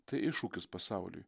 tai iššūkis pasauliui